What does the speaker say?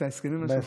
את ההסכמים עצמם.